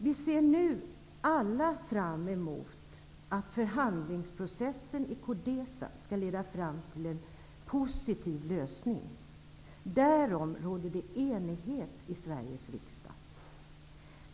Vi ser nu alla fram mot att förhandlingsprocessen i Codesa skall leda fram till en positiv lösning. Därom råder det enighet i Sveriges riksdag.